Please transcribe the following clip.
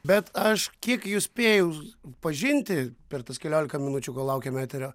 bet aš kiek jus spėjau pažinti per tas keliolika minučių kol laukėme eterio